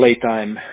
playtime